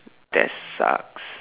that sucks